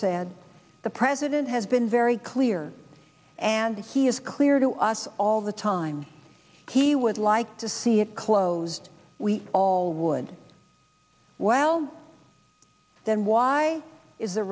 said the president has been very clear and he is clear to us all the time he would like to see it closed we all would well then why is